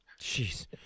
Jeez